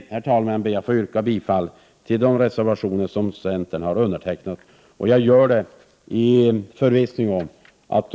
Med detta ber jag att få yrka bifall till de reservationer som centern har undertecknat. Jag gör det i förvissning om att de reservationerna — Prot.